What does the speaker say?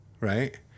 right